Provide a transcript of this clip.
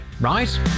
right